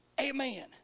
Amen